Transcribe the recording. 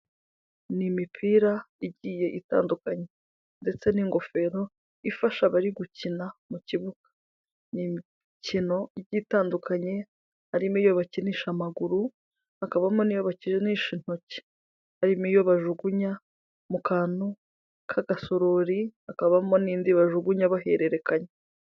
Ni imipira igiye itandukanye ndetse n'ingofero ifasha abari gukina mu kibuga, ni imikino itandukanye harimo iyo bakinisha amaguru, hakabamo n'iyo bakinisha intoki, hari n'iyo bajugunya mu kantu k'agasorori, hakabamo n'indi bajugunya bahererekanya.